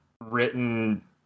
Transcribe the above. written